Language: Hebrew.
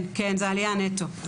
כן, זאת עלייה נטו.